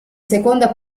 seconda